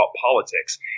politics